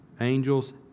angels